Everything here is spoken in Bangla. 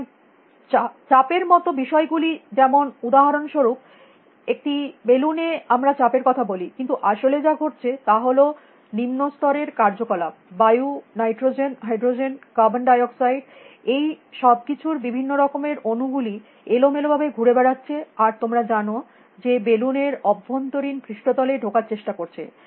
সুতরাং চাপ এর মত বিষয় গুলি যেমন উদাহরণস্বরূপ একটি বেলুনে আমরা চাপের কথা বলি কিন্তু আসলে যা ঘটছে তা হল নিম্ন স্তরের কার্যকলাপ বায়ু নাইট্রোজেন হাইড্রোজেন কার্বন ডাইঅক্সাইড এই সব কিছুর বিভিন্ন রকমের অণু গুলি এলোমেলো ভাবে ঘুরে বেড়াচ্ছে আর তোমরা জানো যে বেলুন এর অভ্যন্তরীণ পৃষ্ঠতলে ঢোকার চেষ্টা করছে